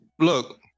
Look